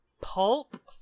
pulp